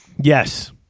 Yes